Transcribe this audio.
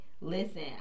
Listen